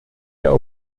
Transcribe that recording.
der